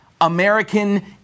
American